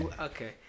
Okay